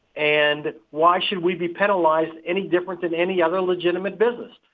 and why should we be penalize any different than any other legitimate business?